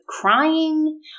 crying